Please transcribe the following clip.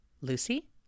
Lucy